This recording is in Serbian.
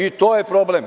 I to je problem.